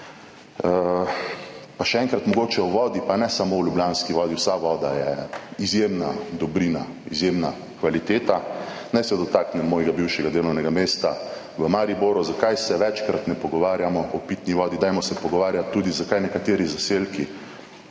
Pa še enkrat mogoče o vodi, pa ne samo o ljubljanski vodi, vsa voda je izjemna dobrina, izjemna kvaliteta. Naj se dotaknem mojega bivšega delovnega mesta v Mariboru. Zakaj se večkrat ne pogovarjamo o pitni vodi, dajmo se pogovarjati tudi, zakaj nekateri zaselki